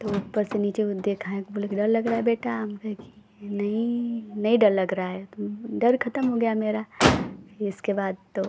तो ऊपर से नीचे वो देखाए बोले कि डर लग रहा है बेटा हम बोले कि नहीं नहीं डर लग रहा है डर ख़त्म हो गया मेरा इसके बाद तो